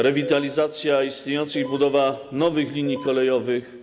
Rewitalizacja istniejących i budowa nowych linii kolejowych.